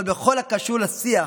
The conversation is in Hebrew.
אבל בכל הקשור לשיח,